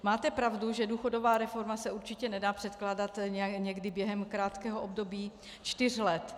Máte pravdu, že důchodová reforma se určitě nedá předkládat někdy během krátkého období čtyř let.